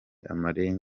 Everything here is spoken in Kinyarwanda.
amarenga